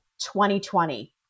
2020